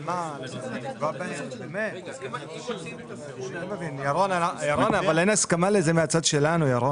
מהצד שלנו אין הסכמה לזה.